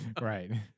Right